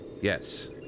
Yes